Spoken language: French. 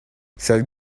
cette